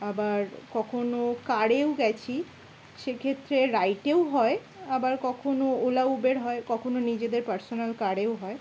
আবার কখনও কারেও গেছি সেক্ষেত্রে রাইটেও হয় আবার কখনও ওলা উবের হয় কখনও নিজেদের পার্সোনাল কারেও হয়